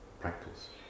practice